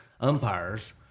umpires